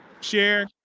share